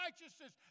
righteousness